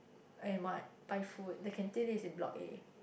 I might buy food the canteen is in block A